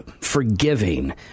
forgiving